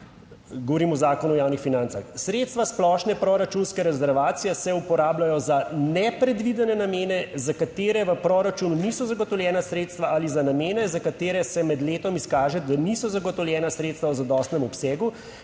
"Sredstva splošne proračunske rezervacije se uporabljajo za nepredvidene namene, za katere v proračunu niso zagotovljena sredstva ali za namene, za katere se med letom izkaže, da niso zagotovljena sredstva v zadostnem obsegu,